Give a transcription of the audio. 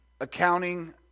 accounting